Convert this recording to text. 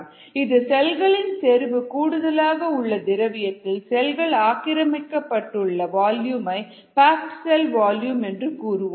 இது செல்களின் செறிவு கூடுதலாக உள்ள திரவியத்தில் செல்கள் ஆக்கிரமிக்கப்பட்டுள்ள வால்யுமை பேக்டு செல் வால்யூம் என்று கூறுவோம்